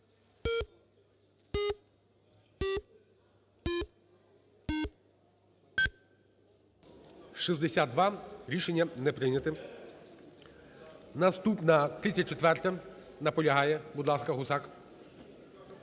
За-62 Рішення не прийнято. Наступна. 34-а. Наполягає. Будь ласка, Гусак.